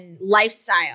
lifestyle